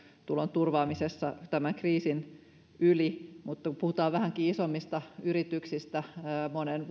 turvaamisessa tämän kriisin yli mutta kun puhutaan vähänkin isommista yrityksistä monen